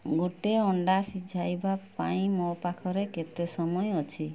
ଗୋଟେ ଅଣ୍ଡା ସିଝାଇବା ପାଇଁ ମୋ ପାଖରେ କେତେ ସମୟ ଅଛି